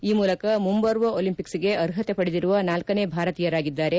ಈ ಮೂಲಕ ಮುಂಬರುವ ಒಲಿಂಪಿಕ್ಸ್ಗೆ ಅರ್ಹತೆ ಪಡೆದಿರುವ ನಾಲ್ಲನೇ ಭಾರತೀಯರಾಗಿದ್ದಾರೆ